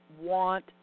want